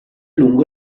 lungo